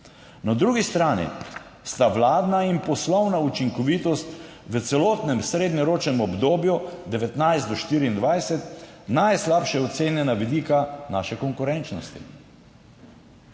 Na drugi strani sta vladna in poslovna učinkovitost v celotnem srednjeročnem obdobju 2019-2024 najslabše ocenjena vidika naše konkurenčnosti;